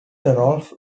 rolf